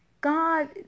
God